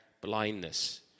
blindness